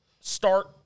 start